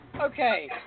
Okay